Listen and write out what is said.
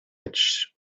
edge